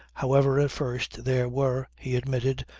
however at first there were, he admitted,